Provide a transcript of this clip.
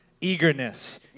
eagerness